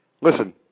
Listen